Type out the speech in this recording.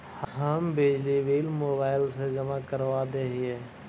हम बिजली bill mobile से जमा करवा देहियै?